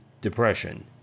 depression